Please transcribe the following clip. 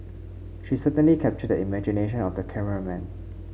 she certainly captured the imagination of the cameraman